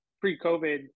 pre-COVID